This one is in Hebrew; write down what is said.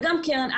וגם קרן.